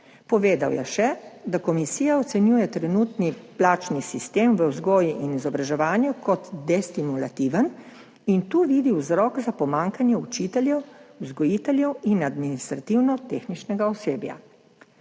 Povedal je še, da komisija ocenjuje trenutni plačni sistem v vzgoji in izobraževanju kot destimulativen in tu vidi vzrok za pomanjkanje učiteljev, vzgojiteljev in 22. TRAK: (VP) 11.45 (nadaljevanje)